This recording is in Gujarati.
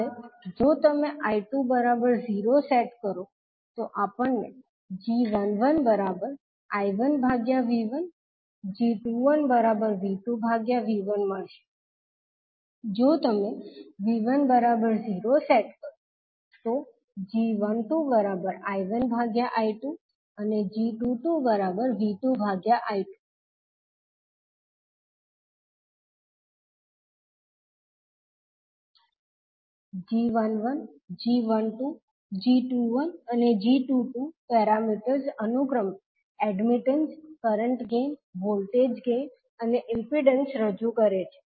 હવે જો તમે I20 સેટ કરો તો આપણને g11 I1V1 g21 V2V1 મળશે જો તમે V10 સેટ કરો તો g12 I1I2 g22 V2I2 𝐠11 𝐠12 𝐠21 અને 𝐠22 પેરામીટર્સ અનુક્રમે admittance current gain voltage gain અને ઇમ્પિડન્સ રજૂ કરે છે